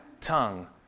tongue